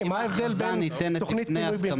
אז ההתאחדות לא מתנגדת לתיקון הזה.